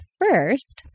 first